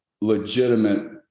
legitimate